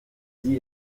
sie